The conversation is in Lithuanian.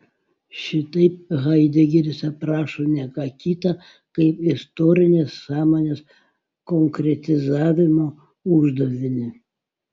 šitaip haidegeris aprašo ne ką kita kaip istorinės sąmonės konkretizavimo uždavinį